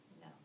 No